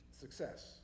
success